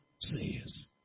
says